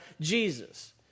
Jesus